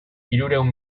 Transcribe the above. hirurehun